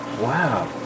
Wow